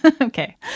Okay